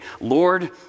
Lord